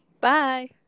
Bye